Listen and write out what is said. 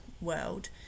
world